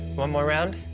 one more round?